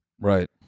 Right